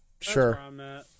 Sure